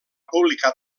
publicar